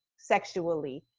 sexually.